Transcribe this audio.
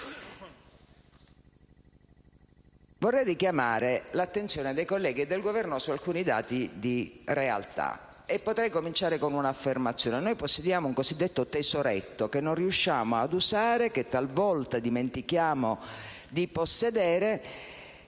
Vorrei richiamare l'attenzione dei colleghi e del Governo su alcuni dati di realtà e potrei cominciare dicendo che possediamo un cosiddetto tesoretto, che non riusciamo ad usare e talvolta dimentichiamo di avere,